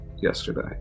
yesterday